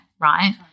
right